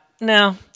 No